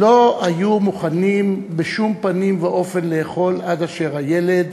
לא היו מוכנים בשום פנים ואופן לאכול עד אשר הילד